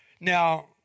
Now